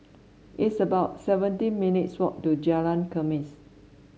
it's about seventeen minutes' walk to Jalan Khamis